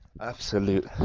absolute